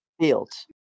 Fields